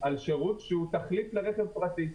על שירות שהוא תחליף לרכב פרטי,